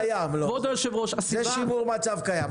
לא, זה שימור מצב קיים.